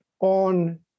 on